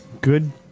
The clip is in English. Good